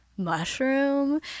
Mushroom